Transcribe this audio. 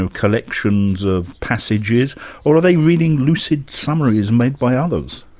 and collections of passages? or are they reading lucid summaries made by others?